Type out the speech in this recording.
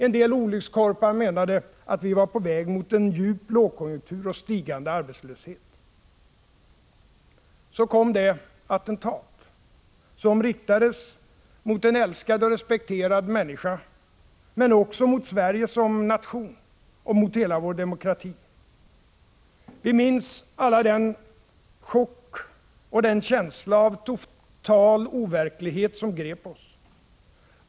En del olyckskorpar menade att vi var på väg mot en djup lågkonjunktur och stigande arbetslöshet. Så kom det attentat som riktades mot en älskad och respekterad människa men också mot Sverige som nation och mot hela vår demokrati. Vi minns alla den chock och den känsla av total overklighet som grep oss.